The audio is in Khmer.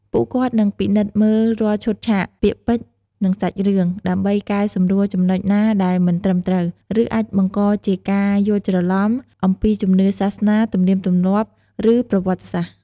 ពួកគាត់នឹងពិនិត្យមើលរាល់ឈុតឆាក ពាក្យពេចន៍ និងសាច់រឿង ដើម្បី កែសម្រួលចំណុចណាដែលមិនត្រឹមត្រូវ ឬអាចបង្កជាការយល់ច្រឡំ អំពីជំនឿសាសនា ទំនៀមទម្លាប់ ឬប្រវត្តិសាស្ត្រ។